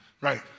right